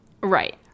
right